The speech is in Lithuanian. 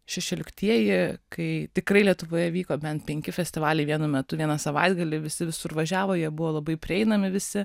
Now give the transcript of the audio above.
šešioliktieji kai tikrai lietuvoje vyko bent penki festivaliai vienu metu vieną savaitgalį visi visur važiavo jie buvo labai prieinami visi